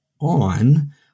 on